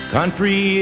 Country